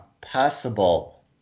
possible